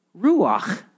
ruach